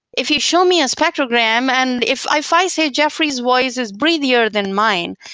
if you show me a spectrogram, and if i if i say jeffrey's voice is breathier than mine,